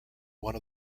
one